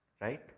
right